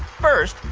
first,